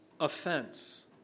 offense